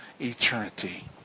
eternity